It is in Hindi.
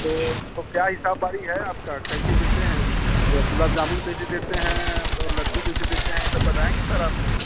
तो तो क्या हिसाब बाकी है आपका कैसे देते हैं या गुलाब जामुन कैसे देते हैं और लड्डू कैसे देते हैं ये सब बताएंगे सर अपना